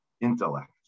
intellect